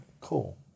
Cool